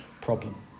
problem